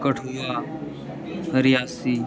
Kathua Reasi